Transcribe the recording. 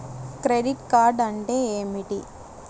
Credit card అంటే ఏమిటి?